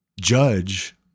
judge